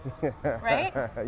Right